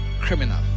criminal